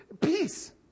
Peace